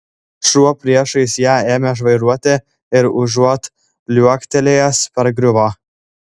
šuo priešais ją ėmė žvairuoti ir užuot liuoktelėjęs pargriuvo